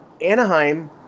Anaheim